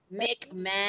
McMahon